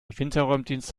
winterräumdienst